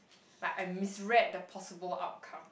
but I misread the possible outcome